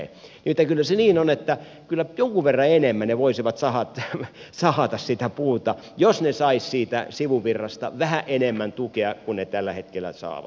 nimittäin kyllä se niin on että kyllä jonkun verran enemmän ne voisivat sahata sitä puuta jos ne saisivat siitä sivuvirrasta vähän enemmän tukea kuin mitä ne tällä hetkellä saavat